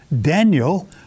Daniel